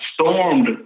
stormed